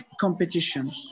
competition